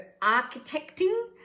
architecting